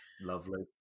Lovely